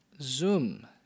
Zoom